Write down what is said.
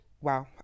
wow